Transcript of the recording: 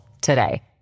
today